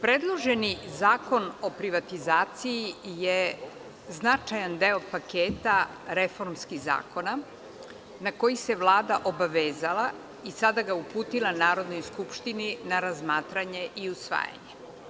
Predloženi Zakon o privatizaciji je značajan deo paketa reformskih zakona, na koji se Vlada obavezala i sada ga uputila Narodnoj skupštini na razmatranje i usvajanje.